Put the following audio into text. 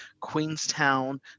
Queenstown